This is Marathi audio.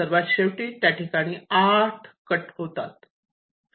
सर्वात शेवटी त्या ठिकाणी आठ कट होतात